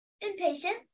Impatient